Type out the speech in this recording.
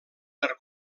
per